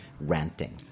Ranting